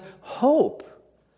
hope